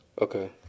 Okay